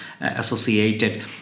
associated